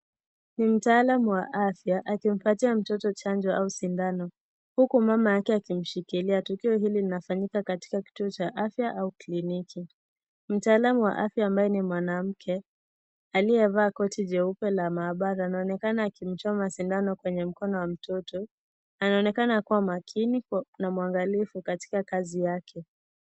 Ni mtaalam wa afya akimpatia mtoto chanjo au sindano huku mama wake akimshikilia. Na tukio hili linafanyika katika kituo cha afya au kliniki. Mtaalamu wa afya ambaye ni mwanamke aliyevaa koti jeupe la maabara. Anaonekana akimchoma sindano kwenye mkono wa mtoto. Anaonekana kuwa makini na mwangalifu katika kazi yake.